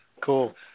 cool